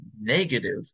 negative